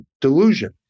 delusion